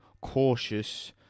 cautious